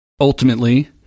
Ultimately